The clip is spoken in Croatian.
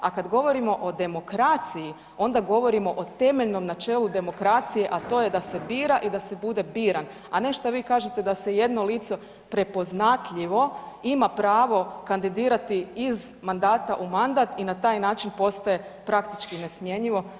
A kad govorimo o demokraciji, onda govorimo o temeljnom načelu demokracije, a to je da se bira i da se bude biran, a ne šta vi kažete da se jedno lice prepoznatljivo ima pravo kandidirati iz mandata u mandat i na taj način postaje praktički nesmjenjivo.